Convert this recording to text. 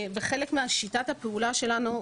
חלק משיטת הפעולה שלנו,